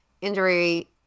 injury